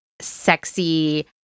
sexy